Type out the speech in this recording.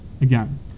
again